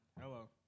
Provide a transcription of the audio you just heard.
Hello